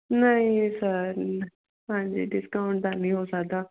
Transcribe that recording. ਨਹੀਂ ਸਰ ਹਾਂਜੀ ਡਿਸਕਾਊਂਟ ਦਾ ਨਹੀਂ ਹੋ ਸਕਦਾ